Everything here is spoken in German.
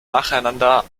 nacheinander